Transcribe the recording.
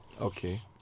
okay